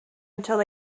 until